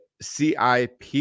CIP